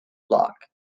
block